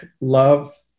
love